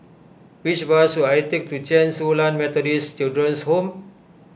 which bus should I take to Chen Su Lan Methodist Children's Home